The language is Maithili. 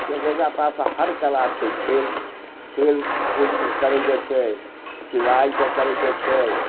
किएक कि ओकरा पास हर कला छै खेल खेलकूदके करयके छै सिलाइके करयके छै